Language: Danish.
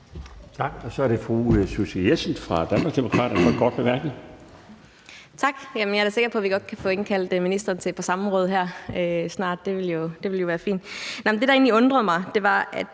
Tak. Så er det fru Susie Jessen fra Danmarksdemokraterne med en kort bemærkning. Kl. 18:11 Susie Jessen (DD): Tak. Jeg er da sikker på, at vi godt kan få indkaldt ministeren til et par samråd her snart. Det ville jo være fint. Det, der egentlig undrer mig, er,